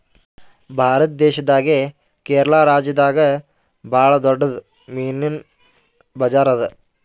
ಭಾರತ್ ದೇಶದಾಗೆ ಕೇರಳ ರಾಜ್ಯದಾಗ್ ಭಾಳ್ ದೊಡ್ಡದ್ ಮೀನಿನ್ ಬಜಾರ್ ಅದಾ